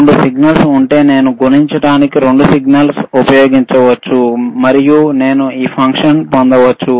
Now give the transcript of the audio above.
2 signals ఉంటే నేను గుణించడానికి 2 సిగ్నల్స్ ఉపయోగించవచ్చు మరియు నేను ఆ ఫంక్షన్ పొందవచ్చు